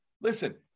listen